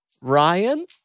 Ryan